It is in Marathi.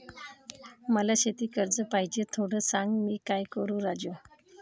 मला शेती कर्ज पाहिजे, थोडं सांग, मी काय करू राजू?